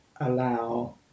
allow